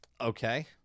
Okay